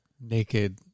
naked